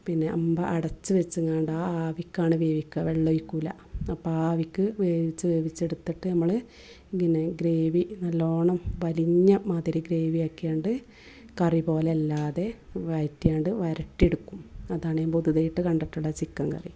പിന്നെ അമ്പ അടച്ചു വെച്ചു നട ആ ആവിക്കാണ് വേവിക്കുക വെള്ളം ഒഴിക്കില്ല അപ്പം ആ ആവിക്ക് വേവിച്ചു വേവിച്ചെടുത്തിട്ട് നമ്മൾ ഇങ്ങനേ ഗ്രേവി നല്ലവണ്ണം വലിഞ്ഞ മാതിരി ഗ്രേവി ആക്കിയതു കൊണ്ട് കറി പോലെയല്ലാതെ വയറ്റിയാണ്ട് വരട്ടിയെടുക്കും അതാണ് പൊതുവെ ആയിട്ട് കണ്ടിട്ടുള്ള ചിക്കൻ കറി